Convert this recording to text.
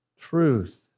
truth